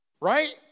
Right